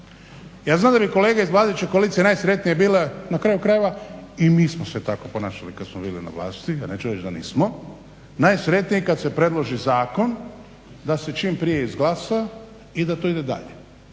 Ja znam da bi kolege iz vladajuće koalicije najsretnije bile na kraju krajeva i mi smo se tako ponašali kad smo bili na vlasti, ja neću reći da nismo, najsretniji kad se predloži zakon da se čim prije izglasa i da to ide dalje.